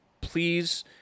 please